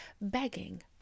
begging